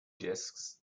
discs